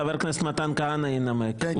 חבר הכנסת מתן כהנא ינמק.